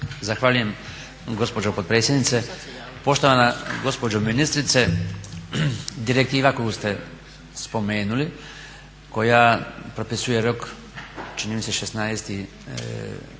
Zahvaljujem gospođo potpredsjednice. Poštovana gospođo ministrice, direktiva koju ste spomenuli, koja propisuje rok čini mi se 16. ožujka